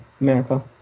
America